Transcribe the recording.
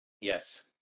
Yes